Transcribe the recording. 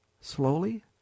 slowly